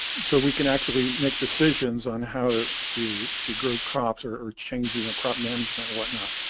so we can actually make decisions on how to to to grow crops or or changing a crop management or whatnot.